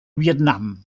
vietnam